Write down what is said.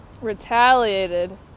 retaliated